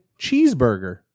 cheeseburger